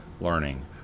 learning